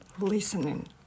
listening